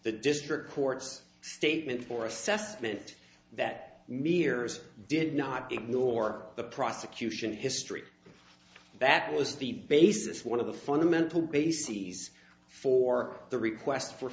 the district court's statement for assessment that meares did not ignore the prosecution history that was the basis one of the fundamental bases for the request for